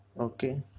okay